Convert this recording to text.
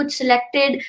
selected